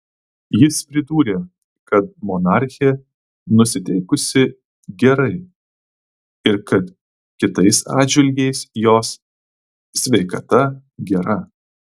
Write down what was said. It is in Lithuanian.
jis pridūrė kad monarchė nusiteikusi gerai ir kad kitais atžvilgiais jos sveikata gera